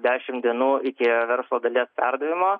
dešimt dienų iki verslo dalies perdavimo